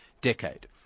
decade